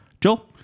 Joel